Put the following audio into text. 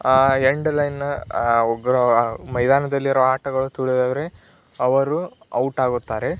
ಆ ಎಂಡ್ ಲೈನ್ನ ಒಬ್ಬರು ಮೈದಾನದಲ್ಲಿರೋ ಆಟಗಳು ತುಳಿದರೆ ಅವರು ಔಟ್ ಆಗುತ್ತಾರೆ